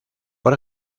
por